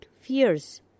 fears